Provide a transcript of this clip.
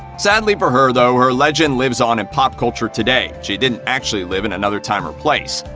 sadly for her, though her legend lives on in pop culture today, she didn't actually live in another time or place.